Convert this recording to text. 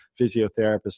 physiotherapist